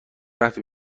وقتی